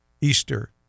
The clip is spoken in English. Easter